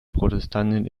protestanten